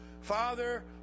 Father